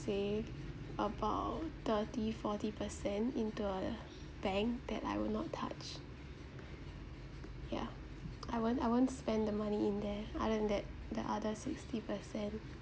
say about thirty forty percent into a bank that I will not touch ya I won't I won't spend the money in there other than that the other sixty percent